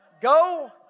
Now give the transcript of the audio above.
Go